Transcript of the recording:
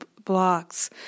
blocks